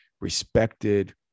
respected